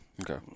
okay